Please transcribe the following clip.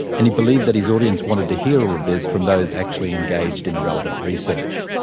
and he believed that his audience wanted to hear all of this from those actually engaged in the relevant research.